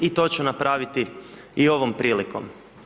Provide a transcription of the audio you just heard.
I to ću napraviti i ovom priliko.